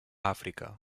àfrica